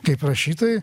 kaip rašytojui